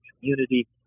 community